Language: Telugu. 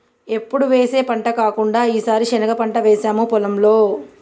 ఎప్పుడు వేసే పంట కాకుండా ఈసారి శనగ పంట వేసాము పొలంలో